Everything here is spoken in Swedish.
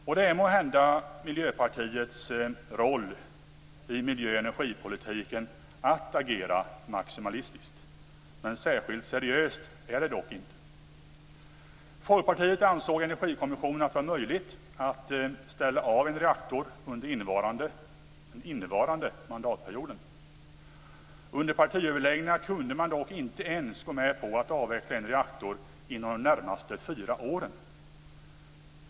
Och det är måhända Miljöpartiets roll i miljö och energipolitiken att agera maximalistiskt - men särskilt seriöst är det inte. Folkpartiet ansåg i Energikommissionen att det var möjligt att ställa av en reaktor under innevarande mandatperiod. Under partiöverläggningarna kunde man dock inte ens gå med på att avveckla en reaktor inom de närmaste fyra åren.